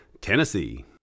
Tennessee